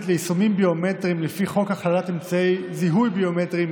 ליישומים ביומטריים לפי חוק הכללת אמצעי זיהוי ביומטריים